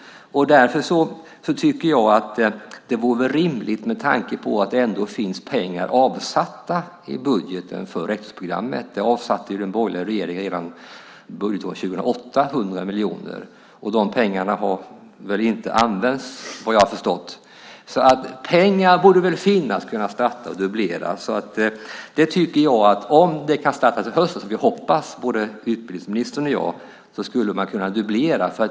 Därför tycker jag att det med tanke på att det i budgeten ändå avsatts pengar till rektorsprogrammet - redan budgetåret 2008 avsatte ju den borgerliga regeringen 100 miljoner, och de pengarna har, såvitt jag förstår, inte använts - borde finnas pengar till att både starta och dubblera rektorsprogrammet. Om utbildningen kan startas till hösten, som både utbildningsministern och jag hoppas, skulle man kunna dubblera.